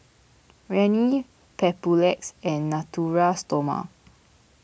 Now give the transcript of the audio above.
Rene Papulex and Natura Stoma